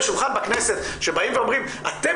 בשולחן בכנסת שבאים ואומרים -- -אתם